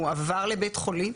מועבר לבית חולים.